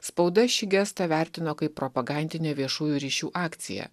spauda šį gestą vertino kaip propagandinę viešųjų ryšių akciją